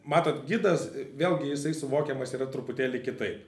matot gidas vėlgi jisai suvokiamas yra truputėlį kitaip